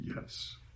yes